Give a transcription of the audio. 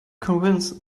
convinced